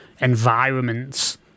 environments